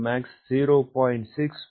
6 முதல் 0